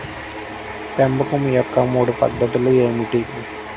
పెంపకం యొక్క మూడు పద్ధతులు ఏమిటీ?